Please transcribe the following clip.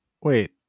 Wait